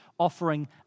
offering